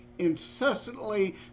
incessantly